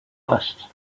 list